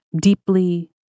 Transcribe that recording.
deeply